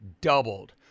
doubled